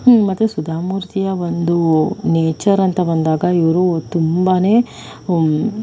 ಮತ್ತೆ ಸುಧಾಮೂರ್ತಿಯ ಒಂದು ನೇಚರ್ ಅಂತ ಬಂದಾಗ ಇವರು ತುಂಬನೇ